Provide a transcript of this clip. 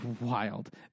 wild